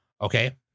Okay